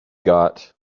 got